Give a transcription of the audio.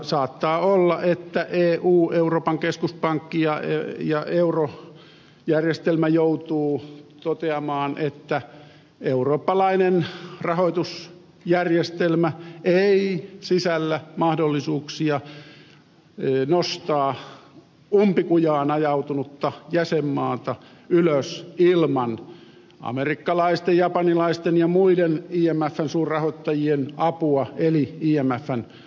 saattaa olla että eu euroopan keskuspankki ja eurojärjestelmä joutuvat toteamaan että eurooppalainen rahoitusjärjestelmä ei sisällä mahdollisuuksia nostaa umpikujaan ajautunutta jäsenmaata ylös ilman amerikkalaisten japanilaisten ja muiden imfn suurrahoittajien apua eli imfn rahoitusapua